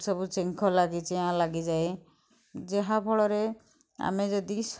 ସବୁ ଚେଁଙ୍କ ଲାଗି ଚିଆଁ ଲାଗିଯାଏ ଯାହାଫଳରେ ଆମେ ଯଦି